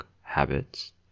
habits